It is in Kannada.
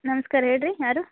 ನಮ್ಸ್ಕಾರ ಹೇಳಿರಿ ಯಾರು